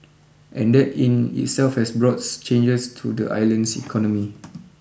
and that in itself has brought changes to the island's economy